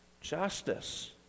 Justice